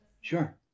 Sure